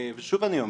שוב אני אומר,